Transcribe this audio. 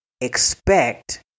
expect